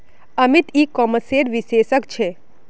अमित ई कॉमर्सेर विशेषज्ञ छे